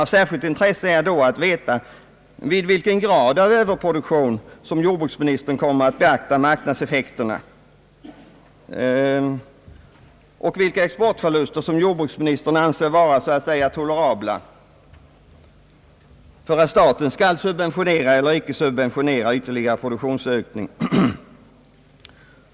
Av särskilt intresse är då att veta vid vilken grad av överproduktion som jordbruksministern kommer att beakta marknadseffekterna och vilka exportförluster som jordbruksministern anser vara så att säga tolerabla för att staten skall subventionera eller icke subventionera ytterligare produktionsökning.